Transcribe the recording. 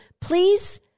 please